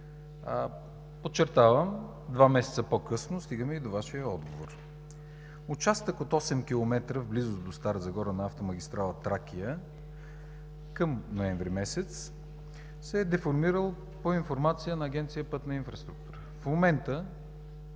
Подчертавам, два месеца по-късно стигаме и до Вашия отговор. Участък от 8 км в близост до Стара Загора на автомагистрала Тракия към месец ноември се е деформирал по информация на Агенция „Пътна инфраструктура”. Към